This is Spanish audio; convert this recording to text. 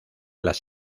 las